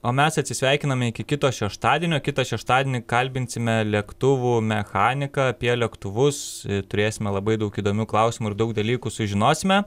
o mes atsisveikiname iki kito šeštadienio kitą šeštadienį kalbinsime lėktuvų mechaniką apie lėktuvus turėsime labai daug įdomių klausimų ir daug dalykų sužinosime